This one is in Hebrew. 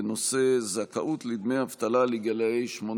בנושא: זכאות לדמי אבטלה לגילאי 18